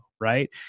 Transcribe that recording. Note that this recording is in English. right